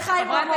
על חיים רמון,